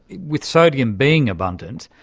with sodium being abundant,